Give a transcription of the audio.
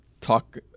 talk